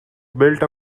built